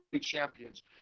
champions